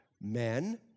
men